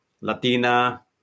Latina